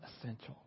essential